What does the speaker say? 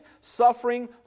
suffering